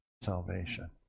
salvation